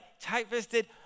tight-fisted